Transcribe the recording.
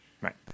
right